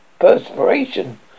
perspiration